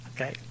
Okay